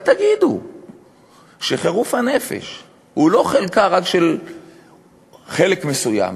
אבל תגידו שחירוף הנפש הוא לא רק חלקו של חלק מסוים.